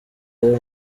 ayo